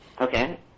Okay